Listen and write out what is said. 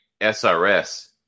SRS